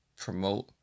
promote